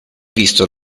visto